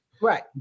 Right